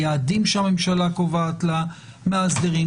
היעדים שהממשלה קובעת למאסדרים.